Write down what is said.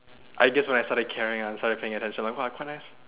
I guess when I started caring I started thinking !wah! quite nice